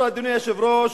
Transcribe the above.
היושב-ראש,